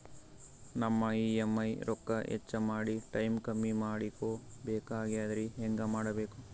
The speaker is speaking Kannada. ನಮ್ಮ ಇ.ಎಂ.ಐ ರೊಕ್ಕ ಹೆಚ್ಚ ಮಾಡಿ ಟೈಮ್ ಕಮ್ಮಿ ಮಾಡಿಕೊ ಬೆಕಾಗ್ಯದ್ರಿ ಹೆಂಗ ಮಾಡಬೇಕು?